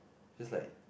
just like